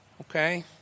Okay